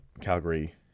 Calgary